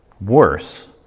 worse